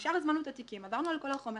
ישר הזמנו את התיקים, עברנו על כל החומר